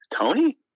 Tony